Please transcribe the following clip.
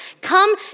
come